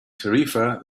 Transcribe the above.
tarifa